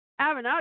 Avenatti